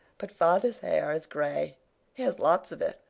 but father's hair is gray. he has lots of it,